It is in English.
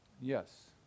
Yes